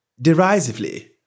Derisively